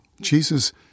Jesus